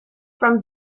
from